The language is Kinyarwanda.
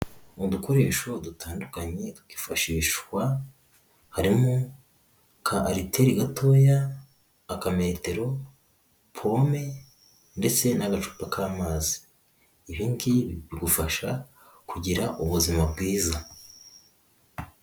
Mu dukoresho dutandukanye twifashishwa. Harimo ka aliteri gatoya, akametero, pome ndetse n'agacupa k'amazi. Ibi ngibi bigufasha kugira ubuzima bwiza.